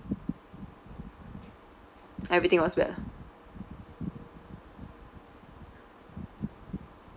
everything was bad ah